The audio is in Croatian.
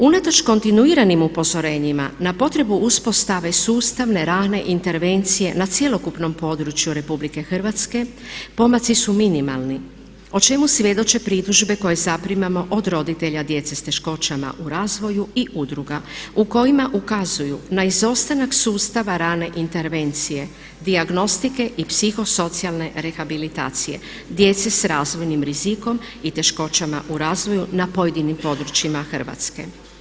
Unatoč kontinuiranim upozorenjima na potrebu uspostave sustavne rane intervencije na cjelokupnom području Republike Hrvatske pomaci su minimalni o čemu svjedoče pritužbe koje zaprimamo od roditelja djece s teškoćama u razvoju i udruga u kojima ukazuju na izostanak sustava rane intervencije, dijagnostike i psihosocijalne rehabilitacije djece s razvojnim rizikom i teškoćama u razvoju na pojedinim područjima Hrvatske.